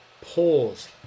pause